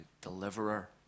deliverer